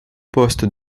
poste